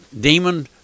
demon